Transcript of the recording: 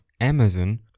Amazon